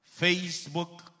Facebook